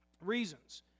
reasons